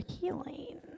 healing